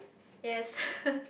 yes